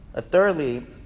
Thirdly